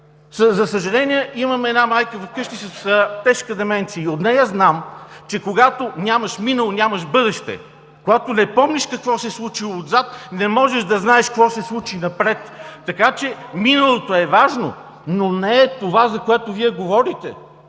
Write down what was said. За съжаление, имам една майка вкъщи с тежка деменция – от нея знам, че когато нямаш минало, нямаш бъдеще. Когато не помниш какво се е случило назад, не можеш да знаеш какво ще се случи напред. Така че миналото е важно, но не е това, за което Вие говорите.